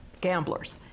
gamblers